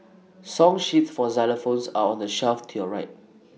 song sheets for xylophones are on the shelf to your right